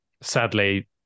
sadly